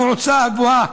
המועצה להשכלה הגבוהה?